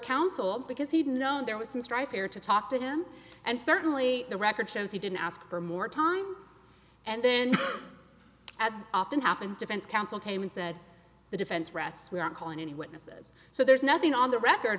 counsel because he didn't know there was some strife there to talk to him and certainly the record shows he didn't ask for more time and then as often happens defense counsel came in said the defense rests without calling any witnesses so there's nothing on the record